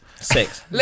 Six